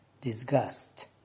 disgust